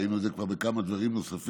וראינו את זה כבר בכמה דברים נוספים,